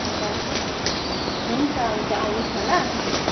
अन्त हुन्छ हुन्छ आउनुहोस् न ल